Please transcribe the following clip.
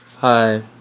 Hi